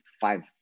five